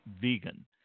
Vegan